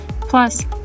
Plus